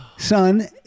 Son